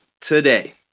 today